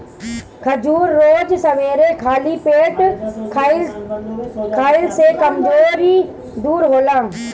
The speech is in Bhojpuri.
खजूर रोज सबेरे खाली पेटे खइला से कमज़ोरी दूर होला